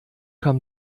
kam